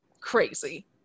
Crazy